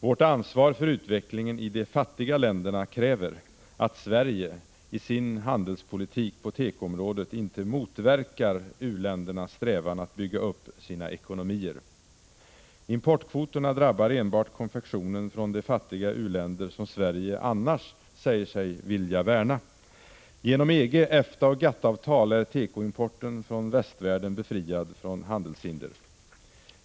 Vårt ansvar för utvecklingen i de fattiga länderna kräver att Sverige i sin handelspolitik på tekoområdet inte motverkar u-ländernas strävan att bygga upp sina ekonomier. Importkvoterna drabbar enbart konfektionen från de fattiga u-länderna, som Sverige annars säger sig vilja värna. Genom EG-, EFTA och GATT-avtal är tekoimporten från västvärlden befriad från handelshinder.